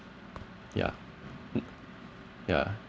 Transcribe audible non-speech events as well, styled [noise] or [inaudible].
ya [noise] ya